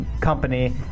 company